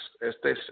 este